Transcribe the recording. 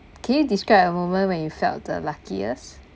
can you describe a moment when you felt the luckiest